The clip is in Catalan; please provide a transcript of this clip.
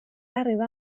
arribar